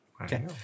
Okay